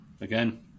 again